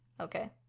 Okay